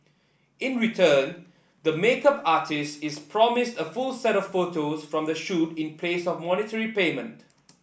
in return the make up artist is promised a full set of photos from the shoot in place of monetary payment